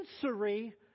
sensory